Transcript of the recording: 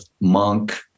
Monk